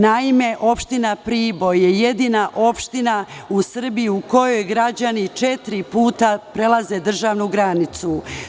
Naime, opština Priboj je jedina opština u Srbiji u kojoj građani četiri puta prelaze državnu granicu.